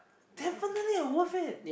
definitely worth it